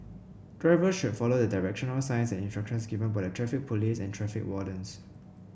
drivers should follow the directional signs and instructions given by the Traffic Police and traffic wardens